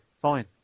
fine